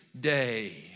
day